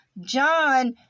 John